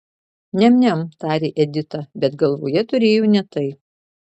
niam niam tarė edita bet galvoje turėjo ne tai